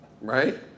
Right